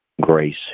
grace